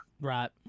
Right